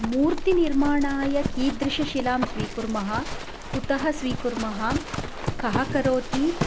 मूर्तिनिर्माणाय कीदृशीं शिलां स्वीकुर्मः कुतः स्वीकुर्मः कः करोति